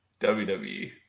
WWE